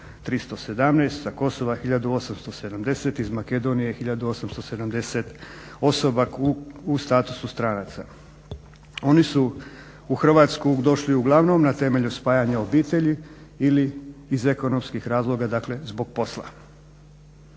317, sa Kosova tisuću 870, iz Makedonije tisuću 870 osoba u statusu stranaca. Oni su u Hrvatsku došli uglavnom na temelju spajanja obitelji ili iz ekonomskih razloga dakle zbog posla.